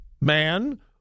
man